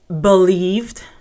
believed